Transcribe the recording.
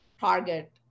target